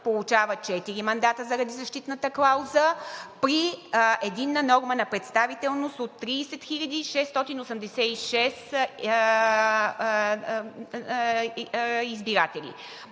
получава четири мандата заради защитната клауза при единна норма на представителност от 30 686 избиратели.